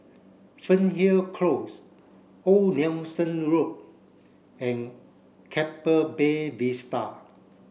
Fernhill Close Old Nelson Road and Keppel Bay Vista